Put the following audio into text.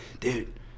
dude